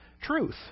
truth